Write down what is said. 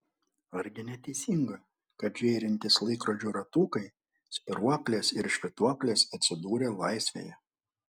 argi neteisinga kad žėrintys laikrodžių ratukai spyruoklės ir švytuoklės atsidūrė laisvėje